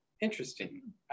interesting